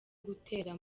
gutera